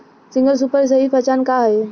Single super के सही पहचान का हई?